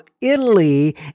Italy